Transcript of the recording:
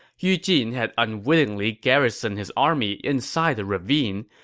yu jin had unwittingly garrisoned his army inside a ravine.